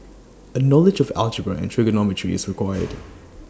A knowledge of algebra and trigonometry is required